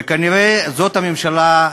וכנראה זאת הממשלה,